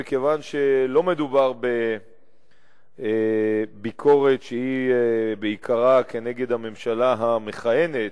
מכיוון שלא מדובר בביקורת שהיא בעיקרה כנגד הממשלה המכהנת,